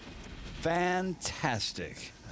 Fantastic